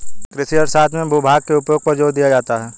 कृषि अर्थशास्त्र में भूभाग के उपयोग पर जोर दिया जाता है